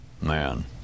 man